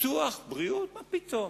ביטוח בריאות, מה פתאום?